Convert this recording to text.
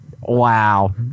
Wow